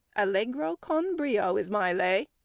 allegro con brio is my lay.